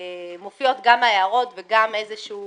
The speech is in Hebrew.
מופיעות גם ההערות וגם איזה שהוא